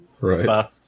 Right